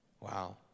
Wow